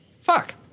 Fuck